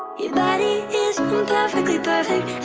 your body is imperfectly